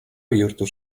bihurtu